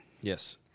Yes